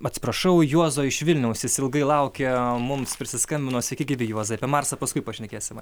atsiprašau juozo iš vilniaus jis ilgai laukia mums prisiskambino sveiki gyvi juozai apie marsą paskui pašnekėsim